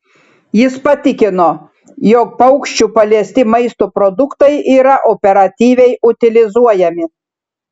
jis patikino jog paukščių paliesti maisto produktai yra operatyviai utilizuojami